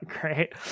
great